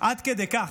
עד כדי כך,